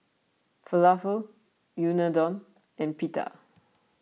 Falafel Unadon and Pita